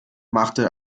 machte